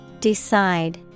Decide